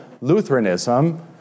Lutheranism